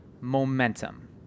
momentum